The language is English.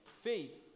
faith